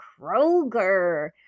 Kroger